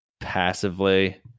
passively